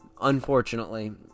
unfortunately